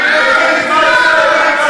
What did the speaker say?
אבל איך אתה נותן לגיטימציה ליידוי אבנים?